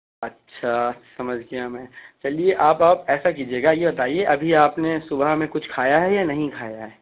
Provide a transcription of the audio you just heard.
اچھا سمجھ گیا میں چلیے آپ اب ایسا کیجیے گا یہ بتائیے ابھی آپ نے صبح میں کچھ کھایا ہے یا نہیں کھایا ہے